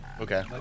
Okay